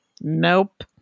nope